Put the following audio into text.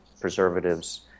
preservatives